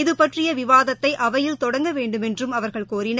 இது பற்றிய விவாதத்தை அவையில் தொடங்க வேண்டுமென்றும் அவர்கள் கோரினர்